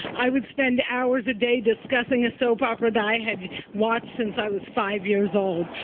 i would spend hours a day discussing a soap opera that i had watched since i was five years old.